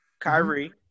Kyrie